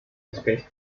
especies